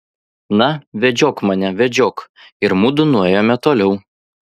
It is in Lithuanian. na vedžiok mane vedžiok ir mudu nuėjome toliau